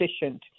efficient